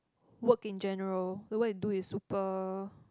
work in general the work you do is super